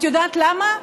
את יודעת למה?